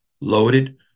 loaded